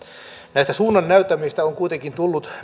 näistä suunnannäyttämisistä on kuitenkin tullut